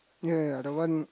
yea yea the one